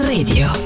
Radio